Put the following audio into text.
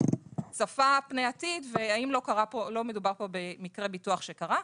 צפה פני עתיד והאם לא מדובר פה במקרה ביטוח שקרה.